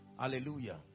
hallelujah